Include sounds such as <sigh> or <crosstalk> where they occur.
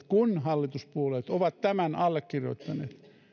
<unintelligible> kun hallituspuolueet ovat tämän allekirjoittaneet